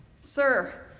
Sir